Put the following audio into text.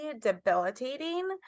debilitating